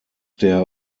der